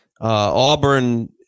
Auburn